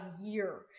year